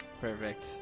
Perfect